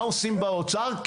מה עושים באוצר,